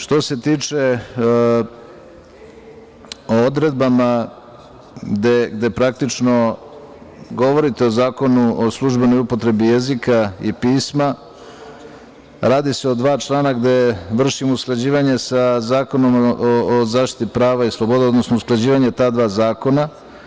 Što se tiče odredaba gde praktično, govorite o Zakonu o službenoj upotrebi jezika i pisma, radi se o dva člana gde vršimo usklađivanje sa Zakonom o zaštiti prava i sloboda, odnosno usklađivanje ta dva zakona.